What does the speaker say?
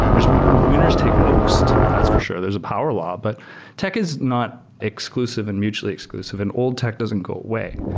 there's winners take most, that's for sure. there's a power law but tech is not exclusive and mutually exclusive. and old tech doesn't go away.